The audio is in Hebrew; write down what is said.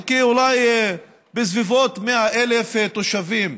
אולי בסביבות 100,000 תושבים.